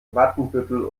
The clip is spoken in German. watenbüttel